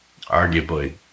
arguably